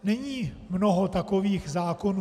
Není mnoho takových zákonů.